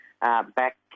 Back